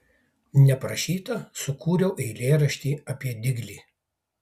neprašyta sukūriau eilėraštį apie diglį